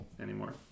anymore